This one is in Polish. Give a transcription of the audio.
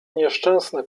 nieszczęsne